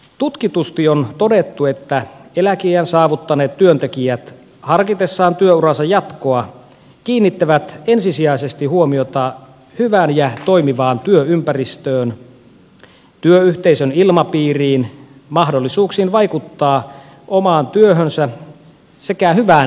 tutkitusti on todettu että eläkeiän saavuttaneet työntekijät harkitessaan työuransa jatkoa kiinnittävät ensisijaisesti huomiota hyvään ja toimivaan työympäristöön työyhteisön ilmapiiriin mahdollisuuksiin vaikuttaa omaan työhönsä sekä hyvään esimiestoimintaan